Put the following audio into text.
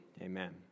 amen